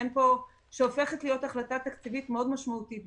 שהופכת להיות החלטה תקציבית מאוד משמעותית,